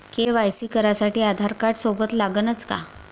KYC करासाठी आधारकार्ड सोबत लागनच का?